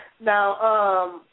Now